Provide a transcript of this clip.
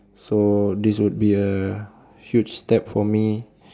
so this would be a huge step for me